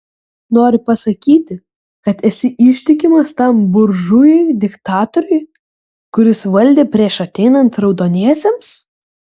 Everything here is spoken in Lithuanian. nori pasakyti kad esi ištikimas tam buržujui diktatoriui kuris valdė prieš ateinant raudoniesiems